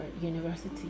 university